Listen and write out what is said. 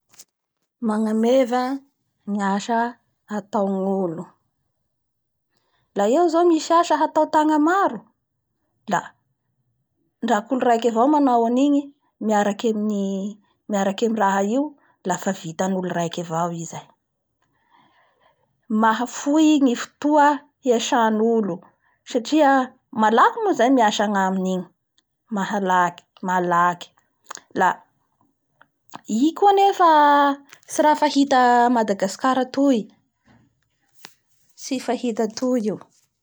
Magnameva ny asa hataon'olo la eo zao misy asa hatao tana maro la ndraky olo raiky avao manao an'igny miaraky amin'ny raha io; lafa vitan'olo raiky avao i zay, mahafoy ny fotoa hiasan'ny olo satria malaky moa zay ny asa agnaminy igny mahalaky -malaky la i koa anefa tsy raha fahita a madagascar atoy tsy fahita atoy io.